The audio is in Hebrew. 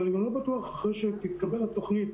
ואני לא בטוח אחרי שתתקבל התכנית,